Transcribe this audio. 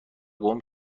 گـم